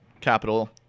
Capital